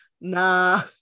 nah